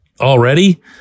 already